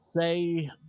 say